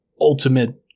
ultimate